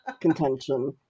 contention